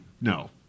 no